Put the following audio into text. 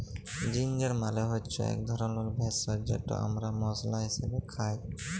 ginger মালে হচ্যে ইক ধরলের ভেষজ যেট আমরা মশলা হিসাবে খাই